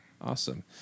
Awesome